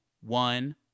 one